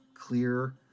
clear